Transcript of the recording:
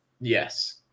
Yes